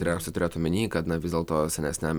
geriausia turėt omeny kad na vis dėlto senesniam